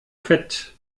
fett